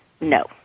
No